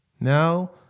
Now